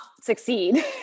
succeed